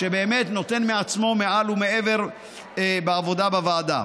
שבאמת נותן מעצמו מעל ומעבר בעבודה בוועדה.